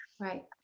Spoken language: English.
right